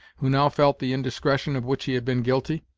who now felt the indiscretion of which he had been guilty,